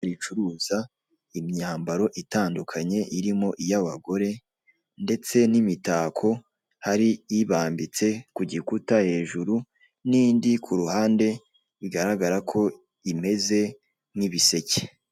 Ahantu hameze nko mu iduka ry'imyenda y'abagore, imitako iboshye, ibiseke n'ibindi. Biri mu nyubako ifite ibara ry'umweru.